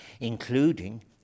including